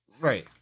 Right